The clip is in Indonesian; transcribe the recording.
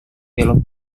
belok